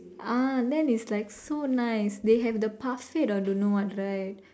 ah then it's like so nice they have the or don't know what right